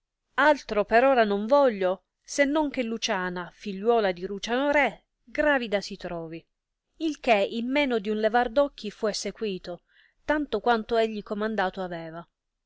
altro per ora non voglio se non che luciana figliuola di luciano re gravida si trovi il che in meno di un levar d occhi fu essequito tanto quanto egli comandato aveva